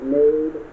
made